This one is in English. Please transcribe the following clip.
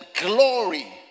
glory